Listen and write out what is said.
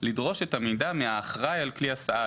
לדרוש את המידע מהאחראי על כלי הסעה.